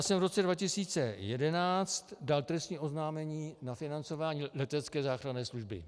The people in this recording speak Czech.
Já jsem v roce 2011 dal trestní oznámení na financování letecké záchranné služby.